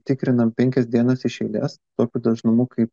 tikrinam penkias dienas iš eilės tokiu dažnumu kaip